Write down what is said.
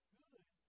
good